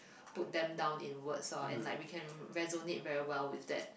put them down in words lor and we can resonate well with that